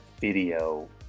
video